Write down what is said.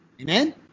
Amen